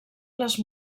les